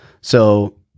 So-